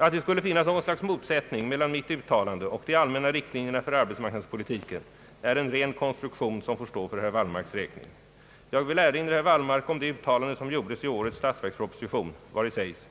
Att det skulle finnas något slags motsättning mellan mitt uttalande och de allmänna riktlinjerna för arbetsmarknadspolitiken är en ren konstruktion som får stå för herr Wallmarks räkning. Jag vill erinra herr Wallmark om det uttalande som gjordes i årets statsverksproposition vari sägs: